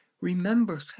remember